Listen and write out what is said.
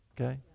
Okay